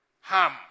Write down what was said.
Ham